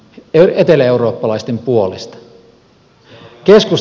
keskusta ei hyväksy tätä